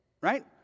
right